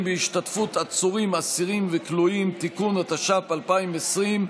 התש"ף 2020,